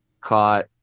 caught